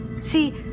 See